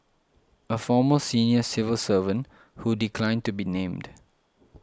a former senior civil servant who declined to be named